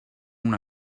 una